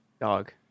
Dog